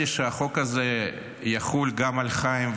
שהחוק הזה יחול גם על חיים,